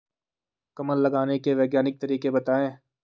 कमल लगाने के वैज्ञानिक तरीके बताएं?